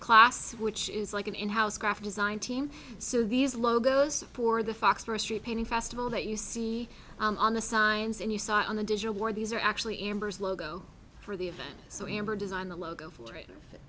class which is like an in house graphic design team so these logos poor the facts painting festival that you see on the signs and you saw on the digital war these are actually embers logo for the event so amber designed the logo for it